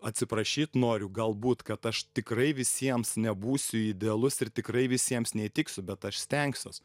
atsiprašyt noriu galbūt kad aš tikrai visiems nebūsiu idealus ir tikrai visiems neįtiksiu bet aš stengsiuos